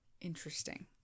Interesting